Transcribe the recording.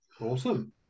Awesome